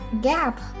gap